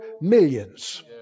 millions